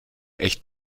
echt